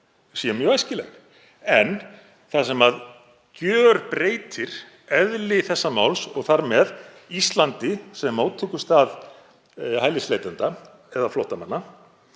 sé mjög æskileg. En það sem gjörbreytir eðli þessa máls og þar með Íslandi sem móttökustað hælisleitenda eða flóttamanna